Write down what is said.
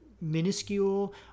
minuscule